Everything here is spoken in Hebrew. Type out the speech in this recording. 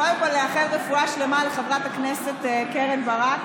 קודם כול, לאחל רפואה שלמה לחברת הכנסת קרן ברק.